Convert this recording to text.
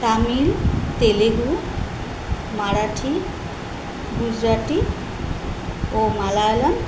তামিল তেলেগু মারাঠি গুজরাটি ও মালায়ালম